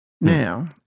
Now